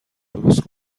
درست